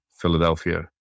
Philadelphia